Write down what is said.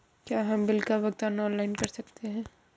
क्या हम बिल का भुगतान ऑनलाइन कर सकते हैं?